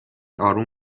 آروم